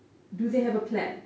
do they have a plan